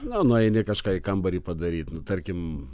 na nueini kažką į kambarį padaryt tarkim